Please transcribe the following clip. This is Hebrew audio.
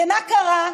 ומה קרה?